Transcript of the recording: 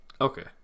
Okay